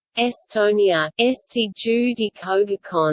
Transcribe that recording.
estonia eesti juudi kogukond